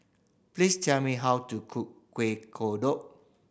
please tell me how to cook Kueh Kodok